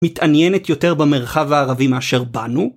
מתעניינת יותר במרחב הערבי מאשר בנו?